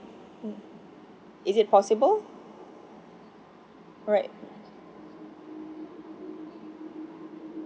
is it possible alright